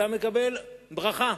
אתה מקבל ברכה.